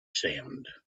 sound